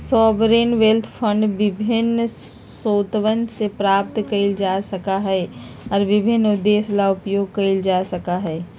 sovereign wealth fund विभिन्न स्रोतवन से प्राप्त कइल जा सका हई और विभिन्न उद्देश्य ला उपयोग कइल जा सका हई